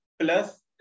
plus